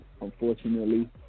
unfortunately